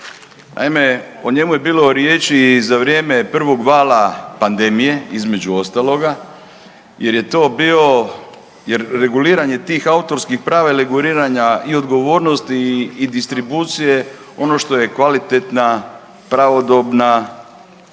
Naime, o njemu je bilo riječi i za vrijeme prvog vala pandemije, između ostaloga jer je to bio, reguliranje tih autorskih prava i reguliranja i odgovornosti i distribucije, ono što je kvalitetna, pravodobna